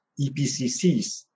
EPCCs